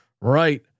right